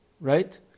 right